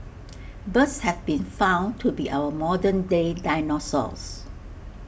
birds have been found to be our modern day dinosaurs